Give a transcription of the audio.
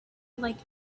like